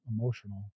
emotional